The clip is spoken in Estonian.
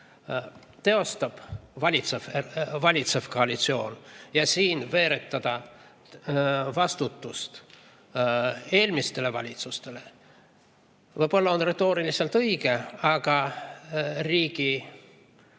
teostab, valitsev koalitsioon. Veeretada siin vastutust eelmistele valitsustele on võib-olla retooriliselt õige, aga riigi